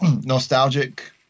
nostalgic